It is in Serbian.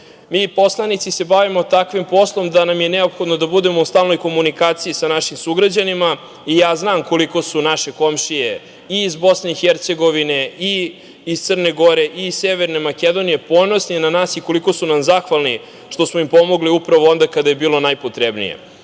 poslanici se bavimo takvim poslom da nam je neophodno da budemo u stalnoj komunikaciji sa našim sugrađanima i ja znam koliko su naše komšije i iz BiH i iz Crne Gore i iz Severne Makedonije ponosni na nas i koliko su nam zahvalni što smo im pomogli upravo onda kada je bilo najpotrebnije.